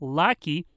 lucky